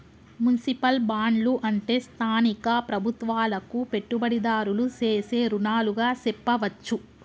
municipal బాండ్లు అంటే స్థానిక ప్రభుత్వాలకు పెట్టుబడిదారులు సేసే రుణాలుగా సెప్పవచ్చు